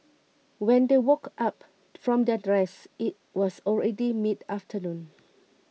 when they woke up from their rest it was already midafternoon